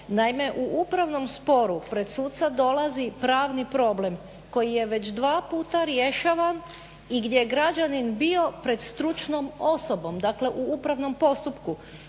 Naime, u upravnom sporu pred suca dolazi pravni problem koji je već dva puta rješavan i gdje je građanin bio pred stručnom osobom, dakle u upravnom postupku.